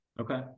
Okay